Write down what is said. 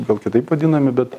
gal kitaip vadinami bet